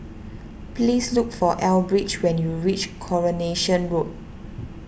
please look for Elbridge when you reach Coronation Road